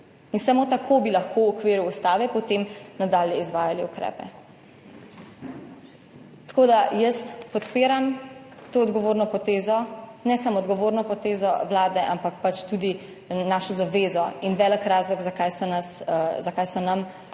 Samo tako bi lahko v okviru ustave potem nadalje izvajali ukrepe. Podpiram to odgovorno potezo, ne samo odgovorne poteze Vlade, ampak tudi našo zavezo in velik razlog, zakaj so nam